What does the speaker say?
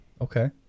okay